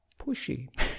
pushy